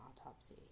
autopsy